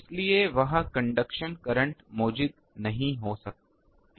इसलिए वहां conduction current मौजूद नहीं हो सकती है